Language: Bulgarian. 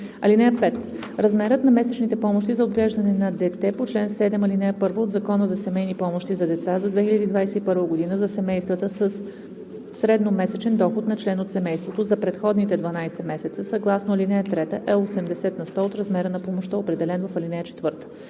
лв. (5) Размерът на месечните помощи за отглеждане на дете по чл. 7, ал. 1 от Закона за семейни помощи за деца за 2021 г. за семействата със средномесечен доход на член от семейството за предходните 12 месеца съгласно ал. 3 е 80 на сто от размера на помощта, определен в ал. 4.